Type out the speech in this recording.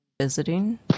visiting